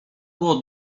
było